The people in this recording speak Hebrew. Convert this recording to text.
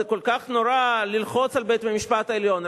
זה כל כך נורא ללחוץ על בית-המשפט העליון,